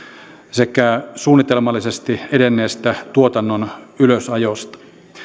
sekä suunnitelmallisesti edenneestä tuotannon ylösajosta